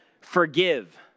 forgive